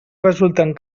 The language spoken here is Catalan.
resulten